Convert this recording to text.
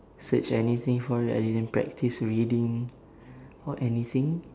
search anything for it I didn't practise reading or anything